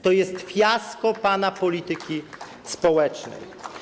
To jest fiasko pana polityki społecznej.